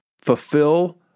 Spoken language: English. fulfill